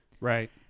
Right